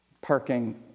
parking